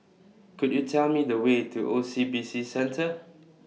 Could YOU Tell Me The Way to O C B C Centre